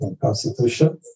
constitution